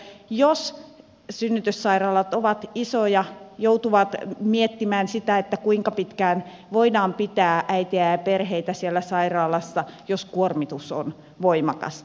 jos synnytyssairaalat ovat isoja joudutaan miettimään sitä kuinka pitkään voidaan pitää äitejä ja perheitä siellä sairaalassa jos kuormitus on voimakasta